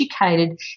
educated